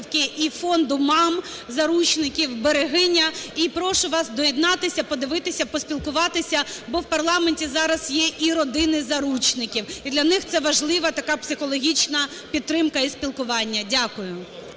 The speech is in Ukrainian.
і фонду мам заручників "Берегиня". І прошу вас доєднатися, подивитися, поспілкуватися, бо в парламенті зараз є і родини заручників, і для них це важлива така психологічна підтримка, і спілкування. Дякую.